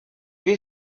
you